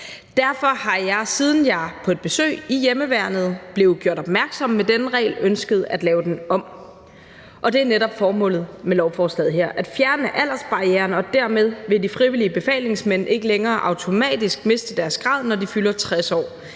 Derfor har jeg, siden jeg på et besøg i hjemmeværnet blev gjort opmærksom på denne regel, ønsket at lave den om. Formålet med lovforslaget her er netop at fjerne aldersbarrieren, og dermed vil de frivillige befalingsmænd ikke længere automatisk miste deres grad, når de fylder 60 år.